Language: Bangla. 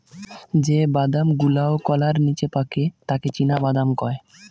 যে বাদাম গুলাওকলার নিচে পাকে তাকে চীনাবাদাম কয়